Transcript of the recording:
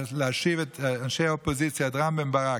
להושיב את אנשי האופוזיציה, את רם בן ברק,